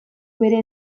bere